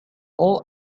all